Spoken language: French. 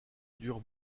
dure